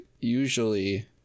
usually